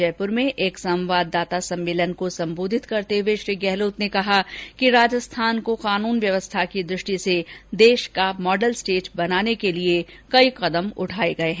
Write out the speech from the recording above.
जयपुर में आज एक संवाददाता सम्मेलन को संबोधित करते हुए श्री गहलोत ने कहा कि राजस्थान को कानून व्यवस्था की दृष्टि से देश का मॉडल स्टेट बनाने के लिए कई कदम उठाए गए हैं